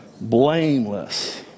Blameless